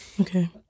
Okay